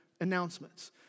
announcements